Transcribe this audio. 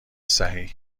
صحیح